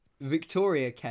Victoria